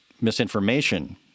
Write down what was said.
misinformation